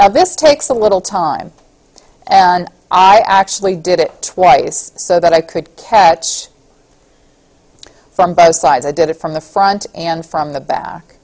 now this takes a little time and i actually did it twice so that i could catch from both sides i did it from the front and from the back